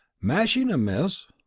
mashing em, miss.